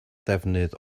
ddefnydd